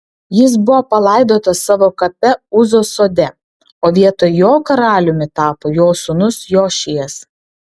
jis buvo palaidotas savo kape uzos sode o vietoj jo karaliumi tapo jo sūnus jošijas